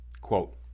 Quote